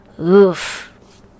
Oof